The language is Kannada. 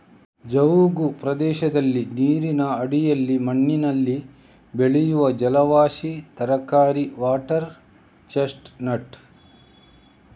ಜವುಗು ಪ್ರದೇಶದಲ್ಲಿ ನೀರಿನ ಅಡಿಯಲ್ಲಿ ಮಣ್ಣಿನಲ್ಲಿ ಬೆಳೆಯುವ ಜಲವಾಸಿ ತರಕಾರಿ ವಾಟರ್ ಚೆಸ್ಟ್ ನಟ್